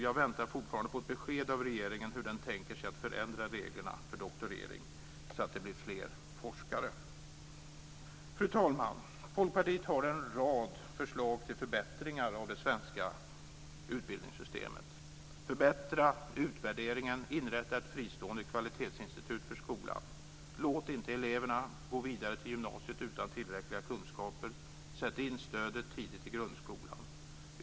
Jag väntar fortfarande på ett besked från regeringen om hur den tänker förändra reglerna för doktorering så att det blir fler forskare. Fru talman! Folkpartiet har en rad förslag till förbättringar av det svenska utbildningssystemet: - Förbättra utvärderingen och inrätta ett fristående kvalitetsinstitut för skolan. - Låt inte eleverna gå vidare till gymnasiet utan tillräckliga kunskaper - sätt tidigt in stödet i grundskolan.